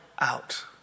out